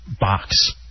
box